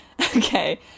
Okay